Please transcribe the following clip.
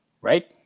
right